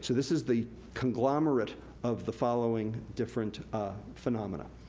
so this is the conglomerate of the following different ah phenomena,